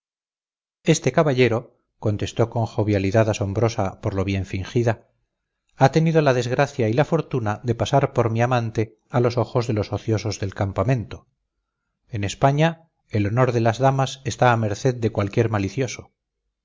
este caballero contestó con jovialidad asombrosa por lo bien fingida ha tenido la desgracia y la fortuna de pasar por mi amante a los ojos de los ociosos del campamento en españa el honor de las damas está a merced de cualquier malicioso